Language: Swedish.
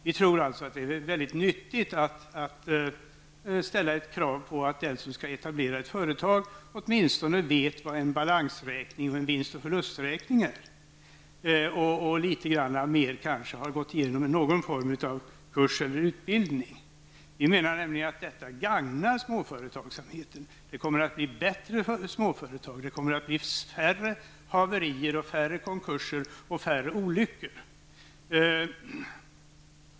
Vi tror alltså att det är väldigt nyttigt att ställa krav på den som skall etablera sig som företagare åtminstone vet vad en balansräkning och en vinst och förlusträkning är samt har gått igenom någon form av kurs eller utbildning. Detta gagnar nämligen småföretagen. Det blir bättre för småföretagare, det kommer att bli färre haverier, färre konkurser och färre olyckor.